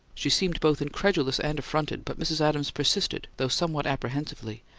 she seemed both incredulous and affronted, but mrs. adams persisted, though somewhat apprehensively.